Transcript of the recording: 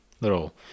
little